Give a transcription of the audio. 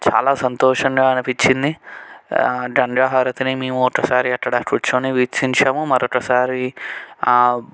చాలా సంతోషంగా అనిపిచ్చింది ఆ గంగాహారతిని మేము ఒక్కసారి మేము అక్కడ కూర్చుని వీక్షించాము మరొకసారి